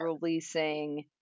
releasing